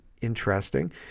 interesting